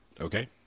Okay